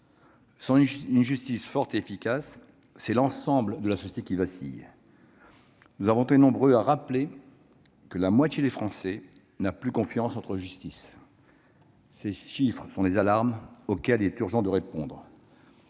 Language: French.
Sans une justice forte et efficace, c'est l'ensemble de la société qui vacille. Nous avons été nombreux à rappeler que la moitié des Français n'ont plus confiance en notre justice. Ces chiffres sont des alarmes auxquelles il est urgent de répondre.